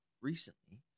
recently